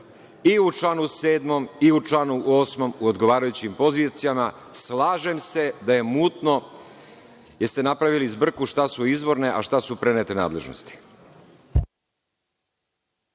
i u članu 7. i u članu 8. pod odgovarajućim pozicijama. Slažem se, da je mutno, jer ste napravili zbrku šta su izvorne, a šta su prenete nadležnosti.